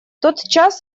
тотчас